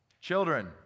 Children